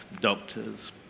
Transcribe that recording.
doctors